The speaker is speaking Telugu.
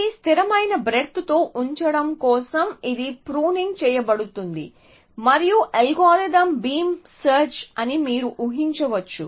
ఇది స్థిరమైన బ్రేడ్త్ తో ఉంచడం కోసం ఇది ప్రూనింగ్ చేయబడుతుంది మరియు అల్గోరిథం బీమ్ సెర్చ్ అని మీరు ఊహించవచ్చు